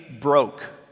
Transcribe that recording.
broke